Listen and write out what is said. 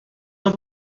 tom